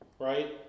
right